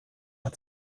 hat